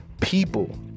people